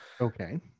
Okay